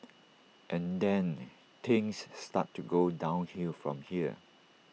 and then things start to go downhill from here